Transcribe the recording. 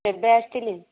କେବେ ଆସିଥିଲେ